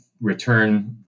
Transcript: return